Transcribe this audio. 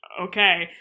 okay